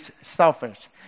selfish